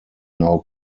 now